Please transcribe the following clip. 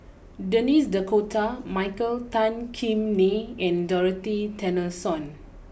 Denis D Cotta Michael Tan Kim Nei and Dorothy Tessensohn